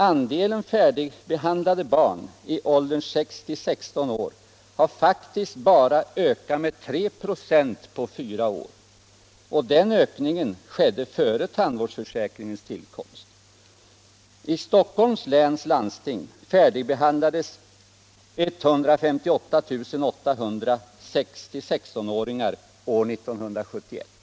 Andelen färdigbehandlade barn i åldern 6-16 år har faktiskt bara ökat med 3 4 på fyra år. Och den ökningen skedde före tandvårdsförsäkringens tillkomst. I Stockholms läns landsting färdigbehandlades 158 800 6-16-åringar 1971.